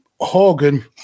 Hogan